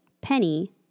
Penny